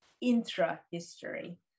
intra-history